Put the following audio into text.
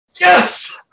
Yes